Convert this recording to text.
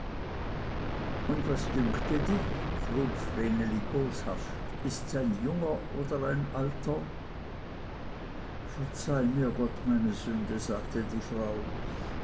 und was dünkte dich frug vreneli boshaft ists ein junger oder ein alter verzeih mir gott meine sünde sagte die frau